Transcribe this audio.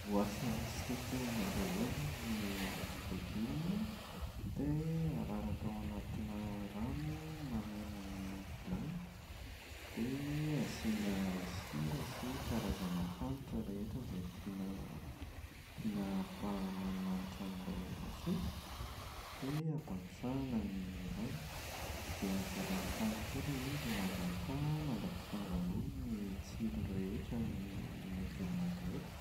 Voasana sy tetehana daholo ny legioma an, dia araraka ao anatinà rano mameno ny vilany, dia asiana sira sy karazana hanitra rehetra izay tiana tiana ampa-manimanitra an’ilay lasopy dia ampangotrahana ny rano, dia avela mitanika eo ilay izy mandrapa mandra-pifangaron’ny tsiro rehetran’ny legioma rehetra,